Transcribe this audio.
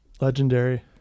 Legendary